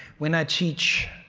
when i teach.